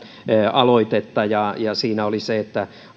aloitetta siinä oli se että